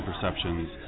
perceptions